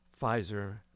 Pfizer